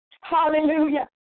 Hallelujah